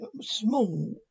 small